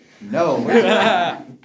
No